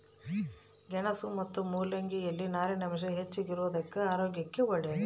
ಗೆಣಸು ಮತ್ತು ಮುಲ್ಲಂಗಿ ಯಲ್ಲಿ ನಾರಿನಾಂಶ ಹೆಚ್ಚಿಗಿರೋದುಕ್ಕ ಆರೋಗ್ಯಕ್ಕೆ ಒಳ್ಳೇದು